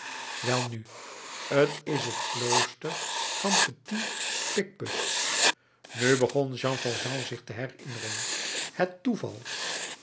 welnu t is het klooster van petit picpus nu begon jean valjean zich te herinneren het toeval